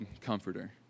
Comforter